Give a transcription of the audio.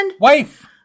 wife